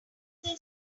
there